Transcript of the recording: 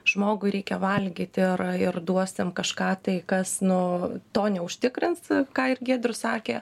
žmogui reikia valgyti ir ir duos jam kažką tai kas nu to neužtikrins ką ir giedrius sakė